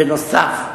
בנוסף,